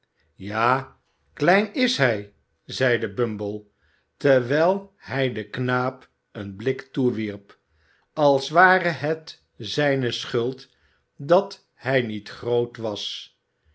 ja klein is hij zeide bumble terwijl hij den knaap een blik toewierp als ware het zijne schuld dat hij niet groot was